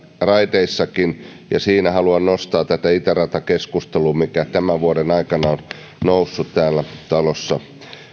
raiteissakin ja siinä haluan nostaa tätä itäratakeskustelua mikä tämän vuoden aikana on noussut tässä talossa